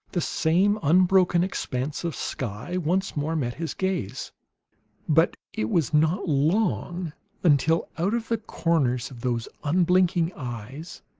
the same unbroken expanse of sky once more met his gaze but it was not long until, out of the corners of those unblinking eyes,